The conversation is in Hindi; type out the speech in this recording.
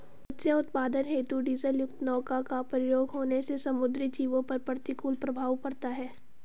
मत्स्य उत्पादन हेतु डीजलयुक्त नौका का प्रयोग होने से समुद्री जीवों पर प्रतिकूल प्रभाव पड़ता है